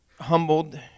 humbled